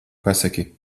pasaki